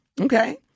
Okay